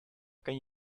can